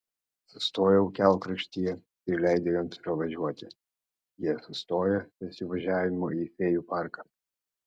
sustojau kelkraštyje ir leidau jiems pravažiuoti jie sustojo ties įvažiavimu į fėjų parką